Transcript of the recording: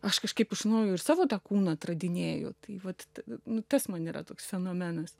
aš kažkaip iš naujo ir savo tą kūną atradinėju tai vat nu tas man yra toks fenomenas